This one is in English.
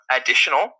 additional